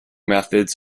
methods